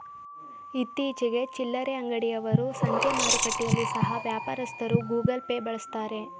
ಇತ್ತೀಚಿಗೆ ಚಿಲ್ಲರೆ ಅಂಗಡಿ ಅವರು, ಸಂತೆ ಮಾರುಕಟ್ಟೆಯಲ್ಲಿ ಸಹ ವ್ಯಾಪಾರಸ್ಥರು ಗೂಗಲ್ ಪೇ ಬಳಸ್ತಾರೆ